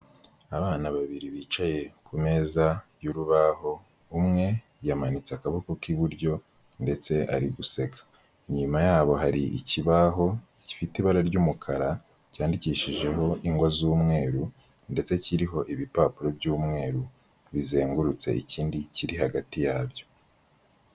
Abana babiri bicaye kumeza y'urubaho umwe yamanitse akaboko k'iburyo ndetse ari guseka, inyuma yabo hari ikibaho gifite ibara ry'umukara cyandikishijeho ingwa z'umweru ndetse kiriho ibipapuro by'umweru bizengurutse ikindi kiri hagati yabyo.